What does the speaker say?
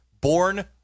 Born